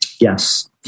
Yes